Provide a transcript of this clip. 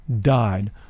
died